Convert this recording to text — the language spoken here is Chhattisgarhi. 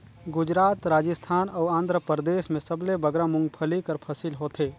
गुजरात, राजिस्थान अउ आंध्रपरदेस में सबले बगरा मूंगफल्ली कर फसिल होथे